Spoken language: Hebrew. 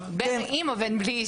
בין אם עם ובין בלי אישור ועדה.